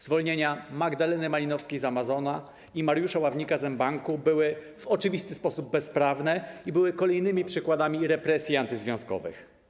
Zwolnienia Magdaleny Malinowskiej z Amazona i Mariusza Ławnika z mBanku były w oczywisty sposób bezprawne i były kolejnymi przykładami represji antyzwiązkowych.